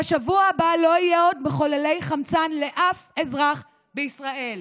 ובשבוע הבא לא יהיה עוד מחוללי חמצן לאף אזרח בישראל.